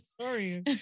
sorry